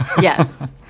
yes